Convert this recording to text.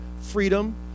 freedom